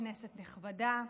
כנסת נכבדה,